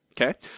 Okay